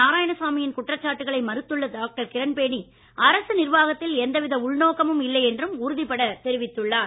நாராயணசாமியின் குற்றச்சாட்டுக்களை மறுத்துள்ள டாக்டர் கிரண்பேடி அரசு நிர்வாகத்தில் எந்தவித உள்நோக்கமும் இல்லை என்றும் அவர் உறுதிபட தெரிவித்துள்ளார்